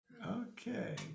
Okay